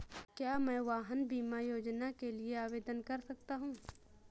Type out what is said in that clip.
क्या मैं वाहन बीमा योजना के लिए आवेदन कर सकता हूँ?